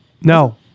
No